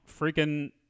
freaking